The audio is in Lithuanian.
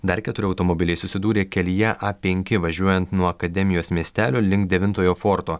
dar keturi automobiliai susidūrė kelyje a penki važiuojant nuo akademijos miestelio link devintojo forto